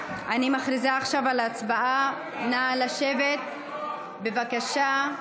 נא לשבת, בבקשה.